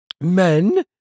Men